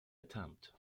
attempt